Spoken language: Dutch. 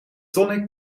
tonic